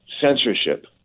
censorship